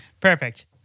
Perfect